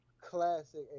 classic